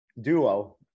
duo